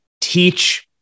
teach